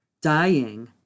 dying